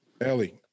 Ellie